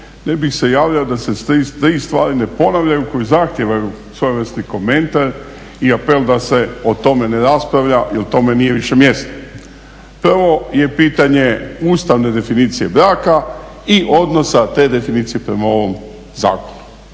ne bih se javljao sa se tri stvari ne ponavljaju koje zahtijevaju svojevrsni komentar i apel da se o tome ne raspravlja jel tome više nije mjesto. Prvo je pitanje ustavne definicije braka i odnosa te definicije prema ovom zakonu.